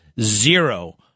zero